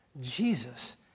Jesus